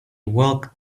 walk